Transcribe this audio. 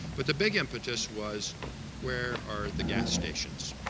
but the big impetus was where are the gas stations.